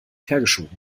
hergeschoben